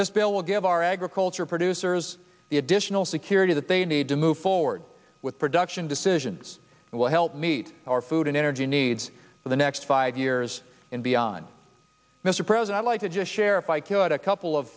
this bill will give our agriculture producers the additional security that they need to move forward with production decisions that will help meet our food and energy needs for the next five years and beyond mr president i like to just share if i could a couple of